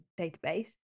database